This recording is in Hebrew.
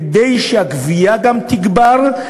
כדי שגם הגבייה תגבר,